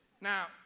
now